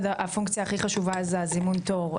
הפונקציה הכי חשובה זה הזימון תור,